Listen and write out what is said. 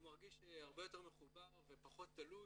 הוא מרגיש הרבה יותר מחובר ופחות תלוש.